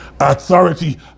Authority